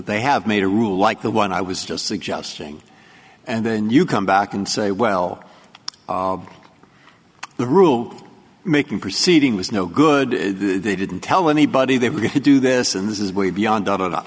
they have made a rule like the one i was just suggesting and then you come back and say well the rule making proceeding was no good they didn't tell anybody they were going to do this and this is way beyond dot